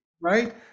Right